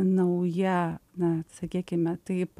nauja na sakykime taip